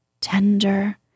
tender